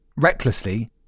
Recklessly